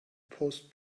post